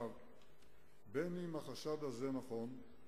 בין אם החשד הזה הוא נכון,